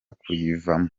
kuyivamo